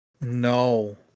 No